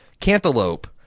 cantaloupe